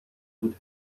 بود